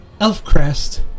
Elfcrest